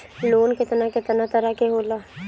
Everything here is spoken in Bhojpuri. लोन केतना केतना तरह के होला?